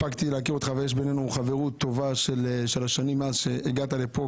הספקתי להכיר אותך ויש בינינו חברות טובה של השנים מאז הגעת לפה.